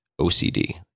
OCD